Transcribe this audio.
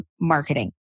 marketing